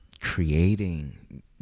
creating